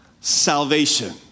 salvation